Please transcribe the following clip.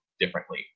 differently